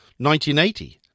1980